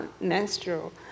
menstrual